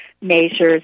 measures